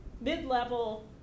mid-level